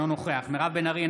אינו נוכח מירב בן ארי,